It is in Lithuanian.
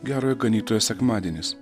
gerojo ganytojo sekmadienis